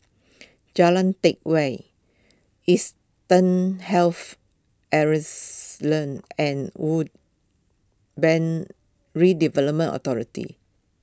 Jalan Teck Whye Eastern Health and Urban Redevelopment Authority